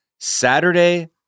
Saturday